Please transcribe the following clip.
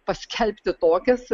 paskelbti tokias